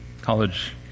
college